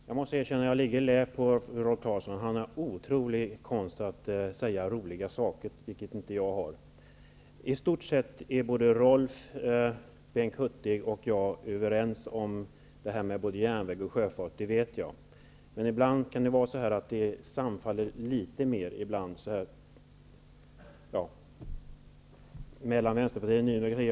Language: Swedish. Herr talman! Jag måste erkänna att jag ligger i lä jämfört med Rolf Clarkson. Han har en otrolig förmåga att säga roliga saker, vilket inte jag har. I stort sett är Rolf Clarkson, Bengt Hurtig och jag överens om både järnväg och sjöfart -- det vet jag. Men ibland kan åsikterna sammanfalla litet mer mellan Vänsterpartiet och Ny demokrati.